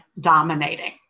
dominating